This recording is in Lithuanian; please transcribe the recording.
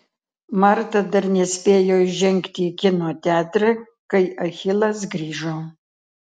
marta dar nespėjo įžengti į kino teatrą kai achilas grįžo